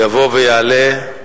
יבוא ויעלה.